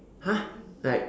!huh! like